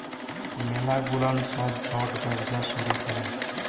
ম্যালা গুলান ছব ছট ব্যবসা শুরু ক্যরে